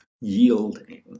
yielding